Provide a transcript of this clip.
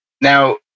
Now